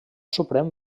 suprem